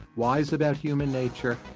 wise about human nature,